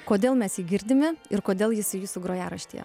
kodėl mes jį girdime ir kodėl jis į jūsų grojaraštyje